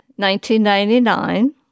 1999